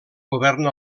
govern